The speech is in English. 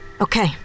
Okay